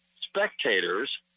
spectators